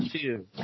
two